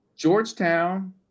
Georgetown